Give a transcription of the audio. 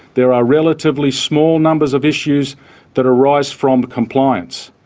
there are relatively small numbers of issues that arise from compliance.